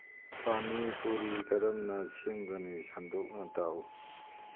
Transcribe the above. ꯄꯥꯅꯤ ꯄꯨꯔꯤ ꯀꯔꯝꯅ ꯁꯦꯝꯒꯅꯤ ꯁꯟꯗꯣꯛꯅ ꯇꯥꯛꯎ